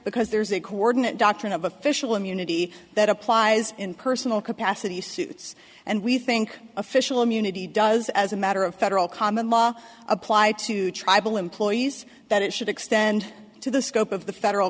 because there's a co ordinate doctrine of official immunity that applies in personal capacity suits and we think official immunity does as a matter of federal common law apply to tribal employees that it should extend to the scope of the federal